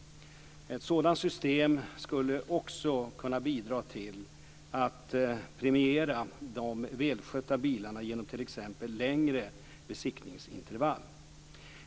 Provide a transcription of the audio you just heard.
Ett sådant system skulle också kunna bidra till att premiera de välskötta bilarna genom t.ex.